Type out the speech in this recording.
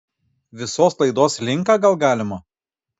visos laidos linką gal galima